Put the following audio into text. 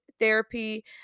therapy